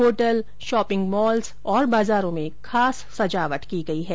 hotel shopping malls और बाजारों में खास सजावट की गई है